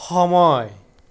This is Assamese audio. সময়